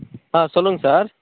ஆ சொல்லுங்க சார்